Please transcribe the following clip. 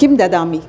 किं ददामि